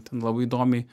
ten labai įdomiai